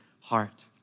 heart